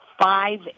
five